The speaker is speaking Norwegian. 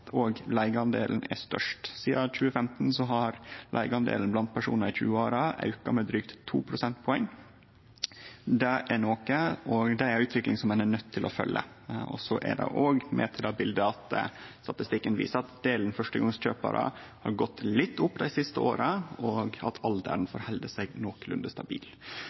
blant personar i 20-åra auka med drygt 2 prosentpoeng, og det er ei utvikling som ein er nøydd til å følgje. Så høyrer det òg med til biletet at statistikken viser at delen førstegongskjøparar har gått litt opp det siste året, og at alderen held seg nokolunde stabil.